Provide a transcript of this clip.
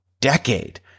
decade